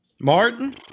Martin